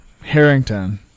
Harrington